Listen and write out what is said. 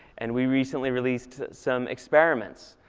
and we recently released some experiments